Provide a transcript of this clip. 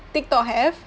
TikTok have